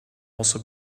also